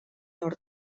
nord